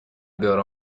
بیار